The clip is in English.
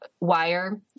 wire